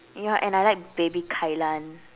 ya and I like baby Kai-lan